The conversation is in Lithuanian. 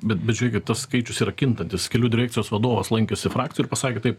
bet bet žiūrėkit tas skaičius yra kintantis kelių direkcijos vadovas lankėsi frakcijoj ir pasakė taip